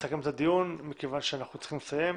לסכם את הדיון מכיוון שאנחנו צריכים לסיים.